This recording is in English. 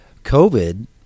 covid